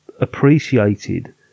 appreciated